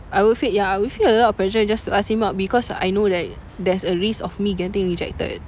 I will feel ya I will feel a lot of pressure just to ask him because I know that there's a risk of me getting rejected